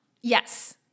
yes